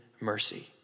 mercy